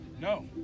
No